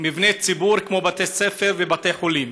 מבני ציבור כמו בתי ספר ובתי חולים.